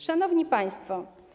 Szanowni Państwo!